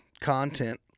content